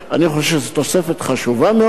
אני חושב שזה תוספת חשובה מאוד.